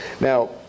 now